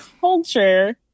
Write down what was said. culture